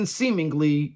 seemingly